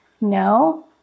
no